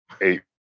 eight